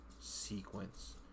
sequence